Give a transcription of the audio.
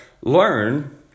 learn